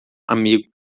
amigo